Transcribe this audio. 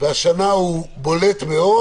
והשנה הוא בולט מאוד